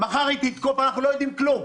אנחנו לא יודעים כלום.